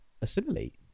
assimilate